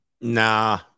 Nah